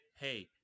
Hey